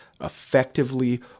effectively